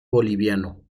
boliviano